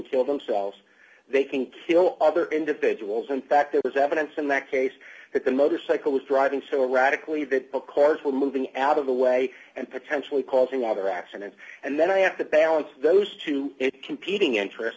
kill themselves they can kill other individuals in fact there's evidence in that case that the motorcycle was driving so radically that accords were moving at of the way and potentially causing other accidents and then i have to balance those two competing interests